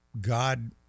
God